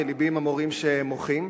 ולבי עם המורים שמוחים.